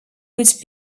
would